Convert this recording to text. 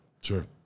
Sure